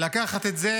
לקחת את זה